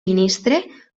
ministre